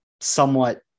somewhat